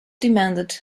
demanded